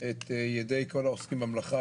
את ידי כל העוסקים במלאכה,